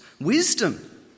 Wisdom